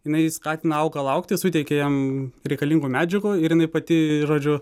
jinai skatina augalą augti suteikia jam reikalingų medžiagų ir jinai pati žodžiu